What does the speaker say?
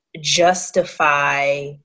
justify